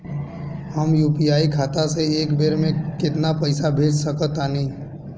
हम यू.पी.आई खाता से एक बेर म केतना पइसा भेज सकऽ तानि?